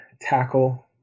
tackle